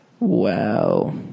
Wow